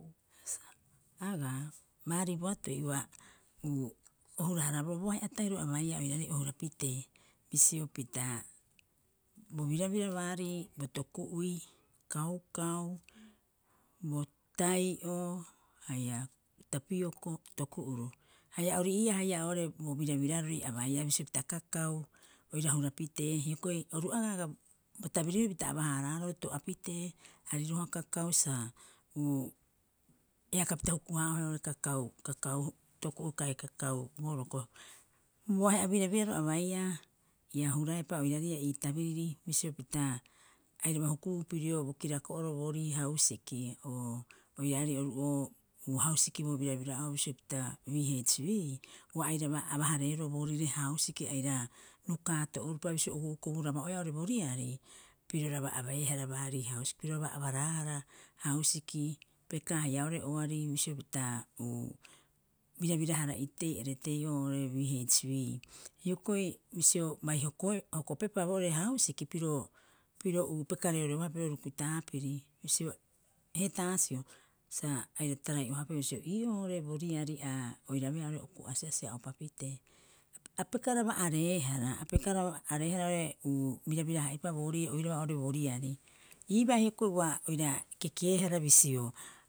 Agaa baarii boatoi ua o huraboroo boahe'a tahiro a baia oiraarei o hurapitee, bisio pita bo birabira baarii bo toku'ui kaukau, bo tai'o haia tapioko toku'uro haia ori'ii'a haia bo birabirarori a baia bisio pita kakau oira hurapitee. Hioko'i oru agaa aga bo tabirrori pita aba- haaraaroo to'apitee ariroha kaukau sa eakapita huku- haa'ohe oo kaukau- kakau toku'u kai kakau boroko. Bo ahe'a birabiraro a baia ia huraepa oiraare ii'aa ii tabiriri bisio pita airaba hukubuu pirio bo kirako'oro boorii hausiki. oiraarei oru'oo hausiki bo birabira'oo bisio pita VHV, ua airaba aba- hareeroo booriire hausiki aira rukaato uropa bisio okuu koburaba'oeea oo'ore bo riari, piroraba abeehara baarii hausiki piroraba abraahara hausiki pekaa haia oo'ore oari bisio pita uu birabira- hara'itei eretei'oo oo'ore VHV. Hioko'i bisio bai hokoe hokopepaa boo'ore hausiki pirp- piro- piro uu peka reoreobohara pirio rukutaapiri bisio, heetaasio, sa aira tarai'ohaapeu bisio ii'oo oo'ore bo riari a oirabeea okuu asi'asi a oppitee. A pekaraba arehara- a pekaraba areehara oo'ore birabira- hara'iripa boorii oiraba oo'ore bo riari. Iiba hioko'i ua oira kekehara bisio